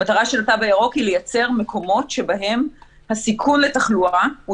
המטרה של התו הירוק היא לייצר מקומות שבהם הסיכון לתחלואה הוא